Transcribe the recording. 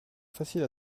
facile